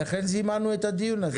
ולכן זימנו את הדיון הזה.